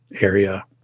area